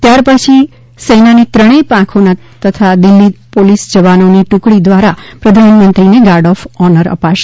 ત્યારપછી સેનાની ત્રણેય પાંખોના તથા દિલ્ફી પોલીસના જવાનોની ટુકડી ધ્વારા પ્રધાનમંત્રીને ગાર્ડ ઓફ ઓનર અપાશે